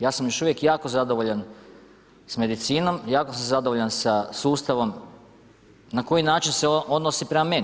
Ja sam još uvijek jako zadovoljan s medicinom, jako sam zadovoljan sa sustavom na koji način se odnosi prema meni.